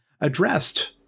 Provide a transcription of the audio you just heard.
addressed